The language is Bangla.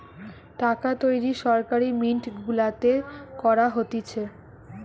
টাকা তৈরী সরকারি মিন্ট গুলাতে করা হতিছে